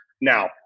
Now